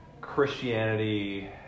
Christianity